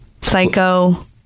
Psycho